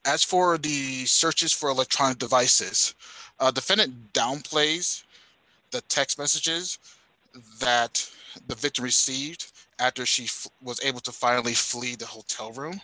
as for the searches for electronic devices the defendant downplays the text messages that the victim received after she was able to finally flee the hotel room